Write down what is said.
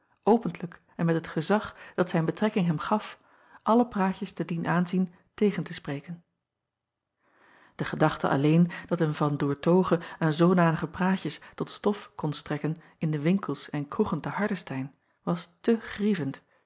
opentlijk en met het gezag dat zijn betrekking hem gaf alle praatjes te dien aanzien tegen te spreken e gedachte alleen dat eene an oertoghe aan zoodanige praatjes tot stof kon strekken in de winkels en kroegen te ardestein was te grievend